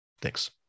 Thanks